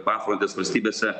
pafrontės valstybėse